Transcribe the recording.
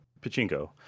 pachinko